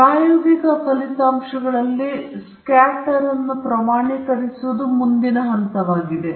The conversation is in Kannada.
ಪ್ರಾಯೋಗಿಕ ಫಲಿತಾಂಶಗಳಲ್ಲಿ ಸ್ಕ್ಯಾಟರ್ ಅನ್ನು ಪ್ರಮಾಣೀಕರಿಸುವುದು ಮುಂದಿನ ಹಂತವಾಗಿದೆ